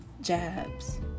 jabs